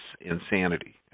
insanity